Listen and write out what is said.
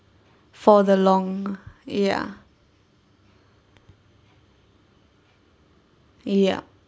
for the long ya ya